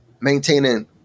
maintaining